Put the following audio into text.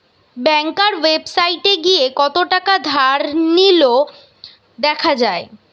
ব্যাংকার ওয়েবসাইটে গিয়ে কত থাকা ধার নিলো দেখা যায়